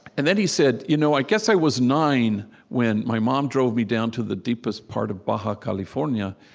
and then he said, you know, i guess i was nine when my mom drove me down to the deepest part of baja california,